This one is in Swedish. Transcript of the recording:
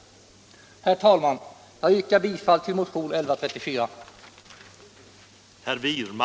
Herr talman! Jag yrkar bifall till motionen 1134.